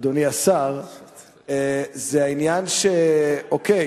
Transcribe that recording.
אל תקדים את המאוחר.